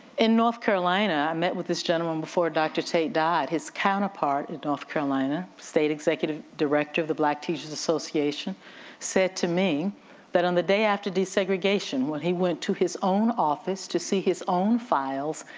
in north carolina, i met with this gentleman before dr. tate died, his counterpart at north carolina, state executive director of the black teachers association said to me that on the day after desegregation when he went to his own office to see his own files,